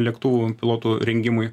lėktuvų pilotų rengimui